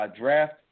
Draft